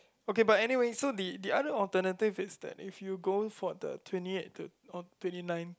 okay but anyway so the the other alternative is that if you go for the twenty eighth to or twenty ninth